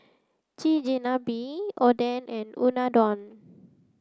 Chigenabe Oden and Unadon